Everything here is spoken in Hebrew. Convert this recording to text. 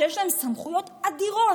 שיש להם סמכויות אדירות,